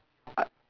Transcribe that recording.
I